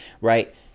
Right